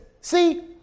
See